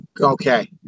okay